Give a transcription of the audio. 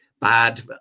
bad